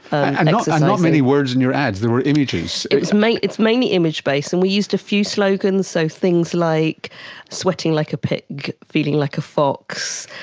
and not many words in your ads, there were images. it's mainly it's mainly image based. and we used a few slogans, so things like sweating like a pig, feeling like a fox',